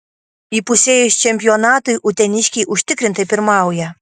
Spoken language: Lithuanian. įpusėjus čempionatui uteniškiai užtikrintai pirmauja